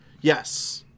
Yes